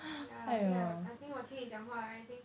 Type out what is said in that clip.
yeah I think I would I think 我听你讲话 right I think